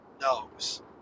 knows